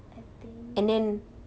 I think